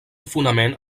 fonament